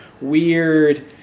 weird